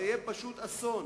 זה יהיה פשוט אסון.